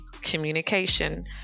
communication